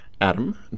Adam